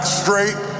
straight